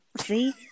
See